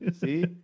See